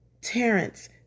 Terrence